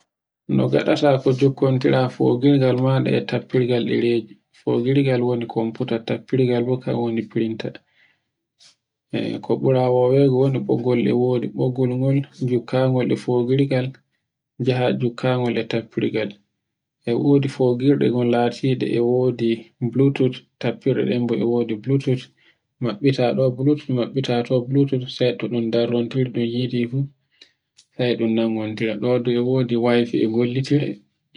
No ngadata no jokkondira fongirgal maɗa e tappirgal ɗereji. Fdogirgal woni tappirgal computer tappirgal kan woni printer. E ko ɓura wewego woni ɓoggol e wodi, ɓoggol ngol jukkangol e fogirgal, njaha jukkagol e tappirgal. E wodi fogirɗe latiɗe e wodi bluethooth tappirɗe ɗen bo e wodi bluethooth mabbita bo bluethooth maɓɓita to bluethooth sai to ɗun darrontiri dun yidi fu. sai ɗun nangontira dodi e wudi wifi e gollontira